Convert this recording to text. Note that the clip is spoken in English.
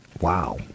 wow